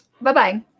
bye-bye